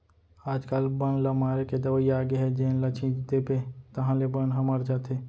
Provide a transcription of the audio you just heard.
आजकाल बन ल मारे के दवई आगे हे जेन ल छिंच देबे ताहाँले बन ह मर जाथे